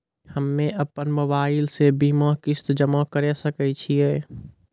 हम्मे अपन मोबाइल से बीमा किस्त जमा करें सकय छियै?